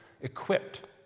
equipped